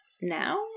now